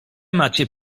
macie